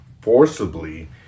forcibly